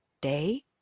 day